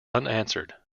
unanswered